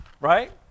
Right